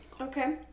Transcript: Okay